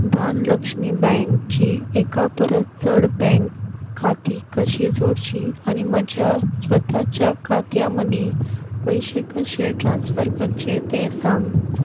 दानलक्ष्मी बँकची एका परस चड बँक खातीं कशीं जोडचीं आनी म्हज्या स्वताच्या खात्यां मदीं पयशे कशे ट्रान्स्फर करचें तें सांग